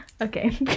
Okay